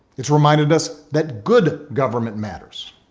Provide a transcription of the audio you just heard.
it's reminded us that good government matters,